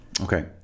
Okay